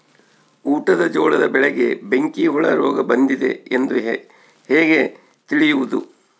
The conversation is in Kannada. ಊಟದ ಜೋಳದ ಬೆಳೆಗೆ ಬೆಂಕಿ ಹುಳ ರೋಗ ಬಂದಿದೆ ಎಂದು ಹೇಗೆ ತಿಳಿಯುವುದು?